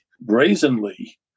brazenly